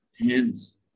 hands